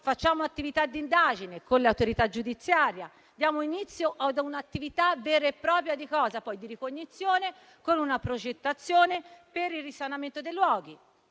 poi fare attività di indagine con l'autorità giudiziaria; dare inizio a un'attività vera e propria di ricognizione, con una progettazione per il risanamento dei luoghi